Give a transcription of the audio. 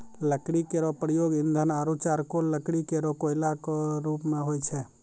लकड़ी केरो प्रयोग ईंधन आरु चारकोल लकड़ी केरो कोयला क रुप मे होय छै